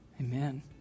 Amen